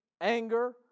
anger